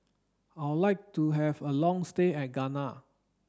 I would like to have a long stay in Ghana